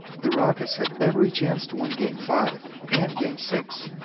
the rockets had every chance to win game five, and game six,